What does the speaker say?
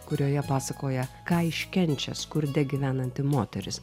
kurioje pasakoja ką iškenčia skurde gyvenanti moteris